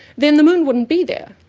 then the moon wouldn't be there,